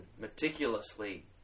meticulously